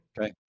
Okay